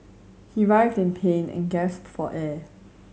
he writhed in pain and gasped for air